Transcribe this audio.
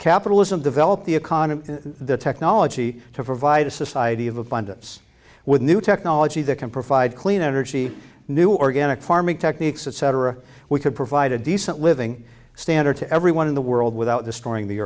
capitalism developed the economy the technology to provide a society of abundance with new technology that can provide clean energy new organic farming techniques etc we could provide a decent living standard to everyone in the world without destroying the